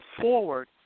forward